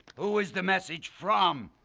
who is the message from?